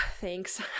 Thanks